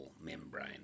membrane